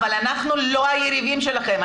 אבל אנחנו לא היריבים שלכם.